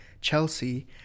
Chelsea